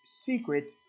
secret